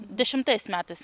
dešimtais metais